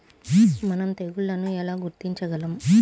మనం తెగుళ్లను ఎలా గుర్తించగలం?